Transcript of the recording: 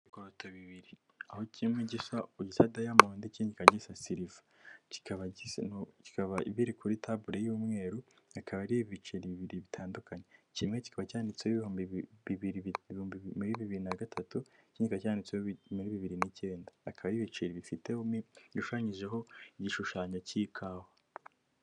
Ibiceri bibiri aho kimwe gisa oli diamond ikindi kikaba gisa silve kikaba kikaba kiri kuri tabure y'umwerukaba, bikaba ari ibiceri bibiri bitandukanye iki kikaba cyanditseho ibihumbi bibirihumbi muri bibiri nagatatu inkuga cyanyanditseho bibiri nicyendakaba ibiceri bifite bishushanyijeho igishushanyo kawa.